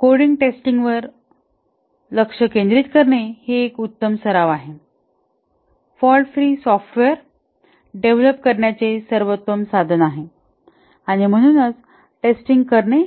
coding टेस्टिंगवर लक्ष केंद्रित करणे ही एक उत्तम सराव आहे फॉल्ट फ्री सॉफ्टवेअर डेव्हलप करण्याचे सर्वोत्तम साधन आहे आणि म्हणूनच टेस्टिंग करणे